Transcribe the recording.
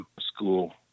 school